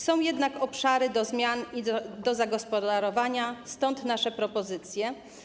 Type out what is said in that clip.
Są jednak obszary do zmian i do zagospodarowania, stąd nasze propozycje.